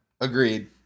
Agreed